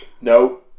No